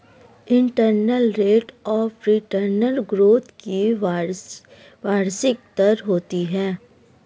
internal rate of return growth की वार्षिक दर होती है